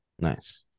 Nice